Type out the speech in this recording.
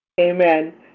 amen